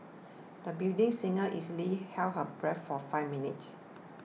the budding singer easily held her breath for five minutes